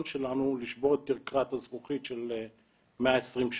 שלנו לשבור את תקרת הזכוכית של 120 שנה.